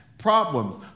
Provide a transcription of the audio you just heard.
problems